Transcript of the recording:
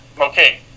okay